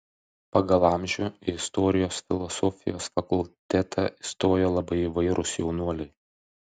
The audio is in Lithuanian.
pagal amžių į istorijos filosofijos fakultetą įstojo labai įvairūs jaunuoliai